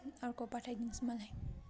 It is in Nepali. अर्को पठाइदिनु होस् मलाई